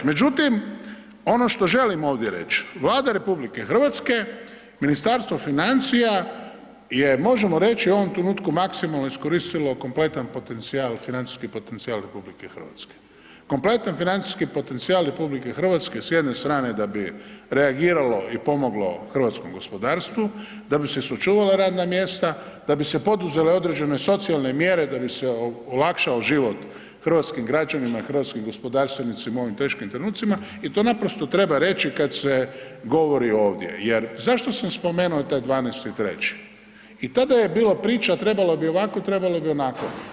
Međutim, ono što želim ovdje reć Vlada RH, Ministarstvo financija je možemo reći u ovom trenutku maksimalno iskoristilo kompletan potencijal, financijski potencijal RH, kompletan financijski potencijal RH s jedne strane da bi reagiralo i pomoglo hrvatskom gospodarstvu, da bi se sačuvala radna mjesta, da bi se poduzele određene socijalne mjere da bi se olakšao život hrvatskim građanima i hrvatskim gospodarstvenicima u ovim teškim trenucima i to treba reći kada se govori ovdje jer zašto sam spomenuo taj 12.3.i tada je bilo priča trebalo bi ovako, trebalo bi onako.